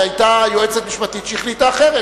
והיתה יועצת משפטית שהחליטה אחרת.